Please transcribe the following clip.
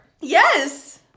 yes